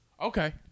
Okay